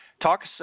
Talk